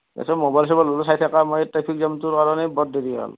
দিয়াচোন মবাইল চবাইল ওলে চাই থাকা মই ট্ৰেফিক জামটোৰ কাৰণে বহত দেৰি হ'ল